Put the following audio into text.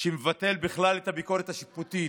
שמבטל בכלל את הביקורת השיפוטית,